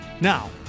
now